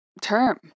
term